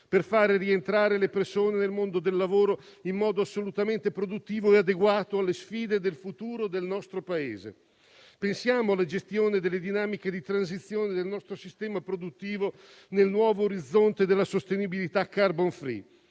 di far rientrare le persone nel mondo del lavoro in modo assolutamente produttivo e adeguato alle sfide del futuro del nostro Paese. Pensiamo alla gestione delle dinamiche di transizione del nostro sistema produttivo nel nuovo orizzonte della sostenibilità *carbon free*.